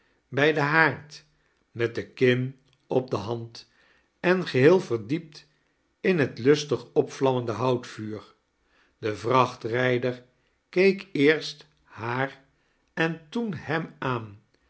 bij den haard met de kin op de hand en geheel verdiept in het lustig opvlammende houtvuur de vrachtrijder keek eerst haar en toen hem aan